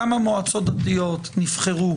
כמה מועצות דתיות נבחרו